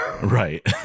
right